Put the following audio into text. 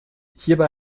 hierbei